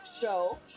show